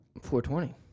420